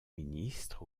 ministres